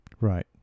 Right